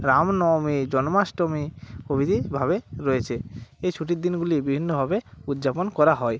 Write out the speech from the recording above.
রামনবমী জন্মাষ্টমী প্রভৃতিভাবে রয়েছে এই ছুটির দিনগুলি বিভিন্নভাবে উদযাপন করা হয়